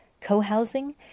co-housing